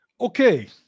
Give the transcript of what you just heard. Okay